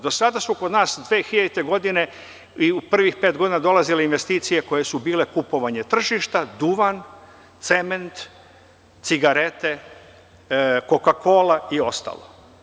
Do sada su kod nas 2000. godine i u prvih pet godina dolazile investicije koje su bile kupovanje tržišta, duvan, cement, cigarete, koka-kola i ostalo.